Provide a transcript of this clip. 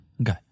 Okay